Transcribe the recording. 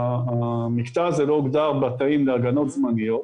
מאחר והמקטע הזה לא הוגדר בתאים להגנות זמניות,